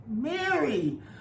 Mary